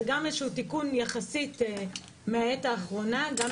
זה תיקון מהעת האחרונה יחסית,